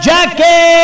Jackie